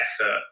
effort